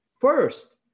first